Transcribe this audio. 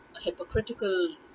hypocritical